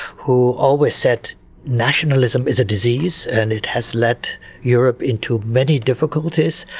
who always said nationalism is a disease and it has led europe into many difficulties,